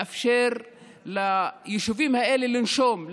לאפשר ליישובים האלה לנשום,